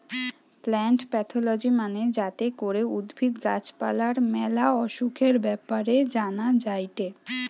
plant pathology মানে যাতে করে উদ্ভিদ, গাছ পালার ম্যালা অসুখের ব্যাপারে জানা যায়টে